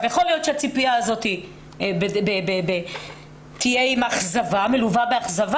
יכול להיות שהציפייה הזאת תהיה מלווה באכזבה